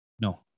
no